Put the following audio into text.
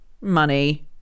money